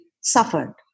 suffered